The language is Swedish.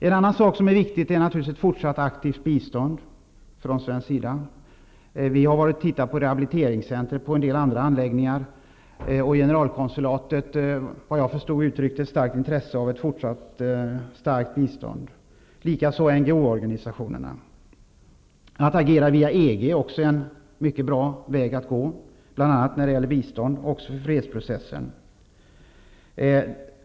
En annan sak som är viktig är naturligtvis ett fortsatt aktivt bistånd från svensk sida. Vi har varit och tittat på rehabiliteringscentret och på några andra anläggningar. Generalkonsulatet uttryckte, vad jag förstod, stort intresse för ett fortsatt starkt bistånd, likaså NGO-organisationerna. Att agera via EG är också en mycket bra väg att gå, bl.a. när det gäller bistånd och fredsprocessen.